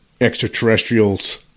extraterrestrials